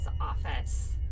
office